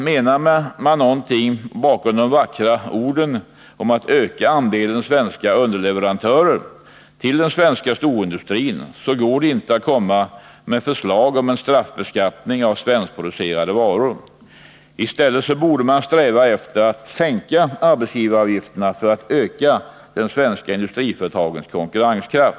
Menar man någonting med de vackra orden om att öka andelen svenska underleverantörer till den svenska storindustrin, går det inte att komma med förslag om en straffbeskattning av svenskproducerade varor. I stället borde man sträva efter att sänka arbetsgivaravgifterna för att öka de svenska industriföretagens konkurrenskraft.